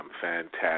fantastic